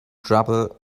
trouble